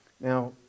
Now